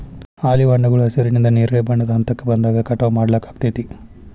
olive ಹಣ್ಣುಗಳು ಹಸಿರಿನಿಂದ ನೇರಳೆ ಬಣ್ಣದ ಹಂತಕ್ಕ ಬಂದಾಗ ಕಟಾವ್ ಮಾಡ್ಲಾಗ್ತೇತಿ